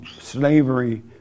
slavery